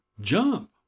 Jump